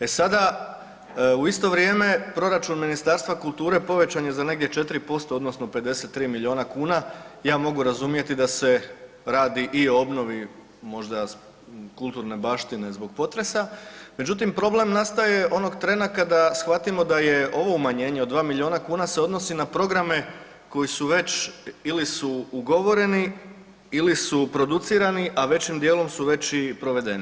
E sada u isto vrijeme proračun Ministarstva kulture povećan je za negdje 4% odnosno 53 milijuna kuna, ja mogu razumjeti da se radi u o obnovi možda kulturne baštine zbog potresa, međutim problema nastaje onog trena kada shvatimo da je ovo umanjenje od 2 milijuna kuna se odnosi na programe koji su već ili su ugovoreni ili su producirani a većim djelom su već i provedeni.